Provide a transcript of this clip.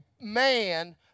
man